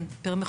כן, פר מחוזות.